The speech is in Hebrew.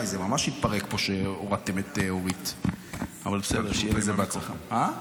לא, הכול בסדר, הכול בסדר.